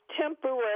temporary